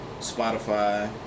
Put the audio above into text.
Spotify